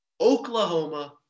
Oklahoma